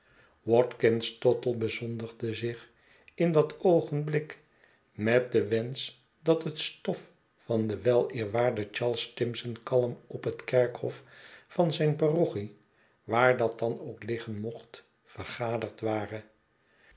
watkins tottle bezondigde zich in dat oogenblik met den wensch dat het stof van den weleerwaarden charles tirnson kalm op het kerkhof van zijn parochie waar dat dan ook liggen mocht vergaderd ware